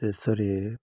ଶେଷରେ